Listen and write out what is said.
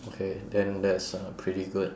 okay then that's uh pretty good